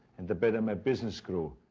and the better my business grew.